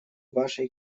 вашей